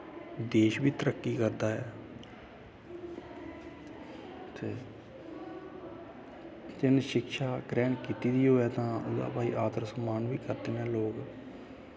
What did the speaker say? देश बी तरक्की करदा ऐ ते जिन्न शिक्षा ग्रैह्ण कीती दी होऐ तां ओह्दा भाई आधर सम्मान बी करदे नै लोग